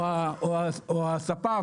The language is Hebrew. או הספק,